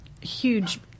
huge